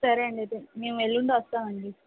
సరే అండి అయితే మేము ఎల్లుండి వస్తామండీ